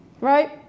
Right